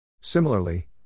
Similarly